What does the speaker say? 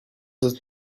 not